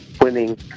winning